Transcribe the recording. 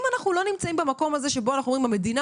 אם אנחנו לא נמצאים במקום הזה שבו אנחנו אומרים: המדינה